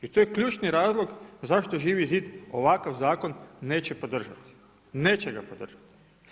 I tu je ključni razlog zašto Živi zid ovakav zakon neće podržati, neće ga podržati.